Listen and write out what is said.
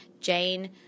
Jane